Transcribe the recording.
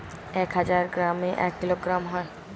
এক হাজার গ্রামে এক কিলোগ্রাম হয়